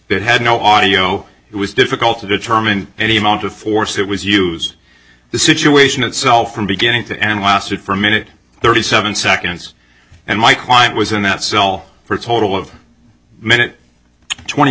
that had no audio it was difficult to determine any amount of force it was use the situation itself from beginning to end lasted for a minute thirty seven seconds and my client was in that cell for a total of minute twenty